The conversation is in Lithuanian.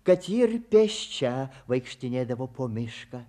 kad ji ir pėsčia vaikštinėdavo po mišką